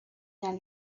del